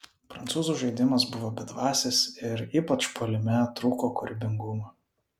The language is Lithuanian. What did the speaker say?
prancūzų žaidimas buvo bedvasis ir ypač puolime trūko kūrybingumo